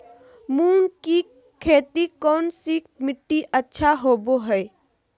मूंग की खेती कौन सी मिट्टी अच्छा होबो हाय?